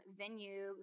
venue